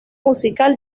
musical